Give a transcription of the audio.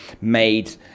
made